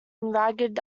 ragged